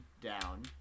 down